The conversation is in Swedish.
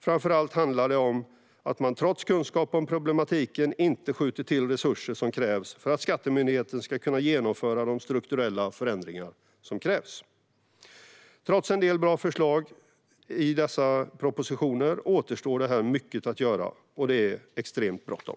Framför allt handlar det om att man trots kunskap om problematiken inte skjuter till de resurser som krävs för att skattemyndigheten ska kunna genomföra de strukturella förändringar som krävs. Trots en del bra förslag i propositionen återstår det mycket att göra, och det är extremt bråttom.